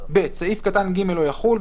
(ב)סעיף קטן (ג) לא יחול,